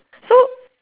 so